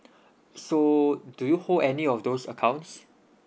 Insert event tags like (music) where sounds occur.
(breath) so do you hold any of those accounts